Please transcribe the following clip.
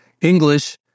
English